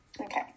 Okay